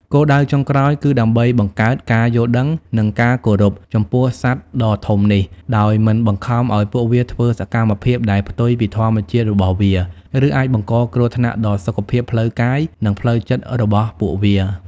គោលដៅចុងក្រោយគឺដើម្បីបង្កើត ការយល់ដឹង និង ការគោរព ចំពោះសត្វដ៏ធំនេះ ដោយមិនបង្ខំឲ្យពួកវាធ្វើសកម្មភាពដែលផ្ទុយពីធម្មជាតិរបស់វា ឬអាចបង្កគ្រោះថ្នាក់ដល់សុខភាពផ្លូវកាយ និងផ្លូវចិត្តរបស់ពួកវា។